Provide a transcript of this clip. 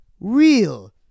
Real